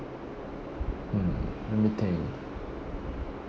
mm let me think